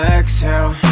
exhale